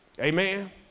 Amen